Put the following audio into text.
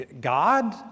God